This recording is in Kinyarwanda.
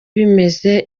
bimeze